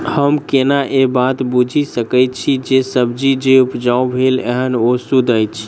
हम केना ए बात बुझी सकैत छी जे सब्जी जे उपजाउ भेल एहन ओ सुद्ध अछि?